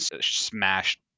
smashed